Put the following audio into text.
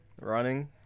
running